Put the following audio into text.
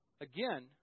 again